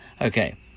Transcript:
Okay